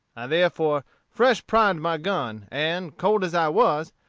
i therefore fresh-primed my gun, and, cold as i was,